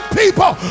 people